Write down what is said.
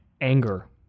anger